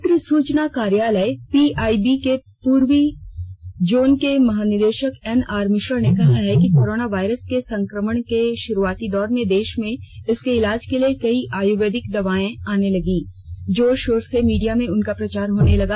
पत्र सूचना कार्यालय पीआईबी के पूर्वी जोन के महानिदेषक आरएन मिश्रा ने कहा है कि कोरोना वायरस के संकमण के श्रुआती दौर में देश में इसके इलाज के लिए कई आयुर्वेदिक दवाएं आने लगीं जोर शोर से मीडिया में उनका प्रचार होने लगा